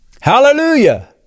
Hallelujah